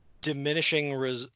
diminishing